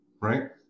right